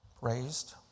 raised